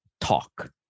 talk